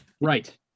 Right